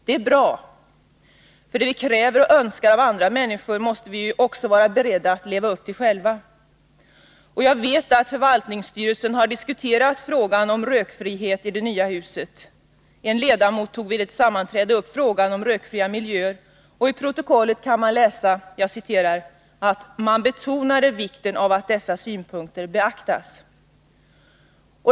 Det är bra, för vad vi kräver och önskar av andra människor måste vi ju vara beredda att leva upp till själva. Jag vet att man inom förvaltningsstyrelsen har diskuterat frågan om rökfrihet i det nya huset. En ledamot tog vid ett sammanträde upp frågan om rökfria miljöer, och i protokollet kan läsas att man ”betonade vikten av att dessa synpunkter beaktas”.